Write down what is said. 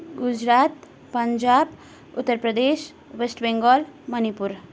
Gujarat Punjab Uttar Pradesh West Bengal Manipur